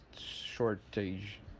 shortage